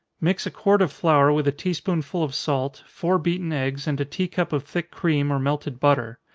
mix a quart of flour with a tea-spoonful of salt, four beaten eggs, and a tea-cup of thick cream, or melted butter.